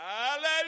Hallelujah